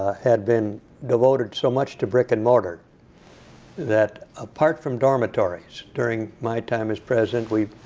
had been devoted so much to brick and mortar that, apart from dormitories during my time as president we